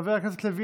חבר הכנסת רון